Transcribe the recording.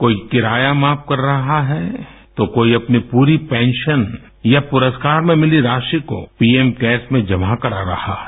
कोई किराया माफ कर रहा हैए तो कोई अपनी पूरी पेंशन या पुरस्कार में मिली राशि कोए च्ड ढात्मै में जमा करा रहा है